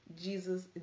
Jesus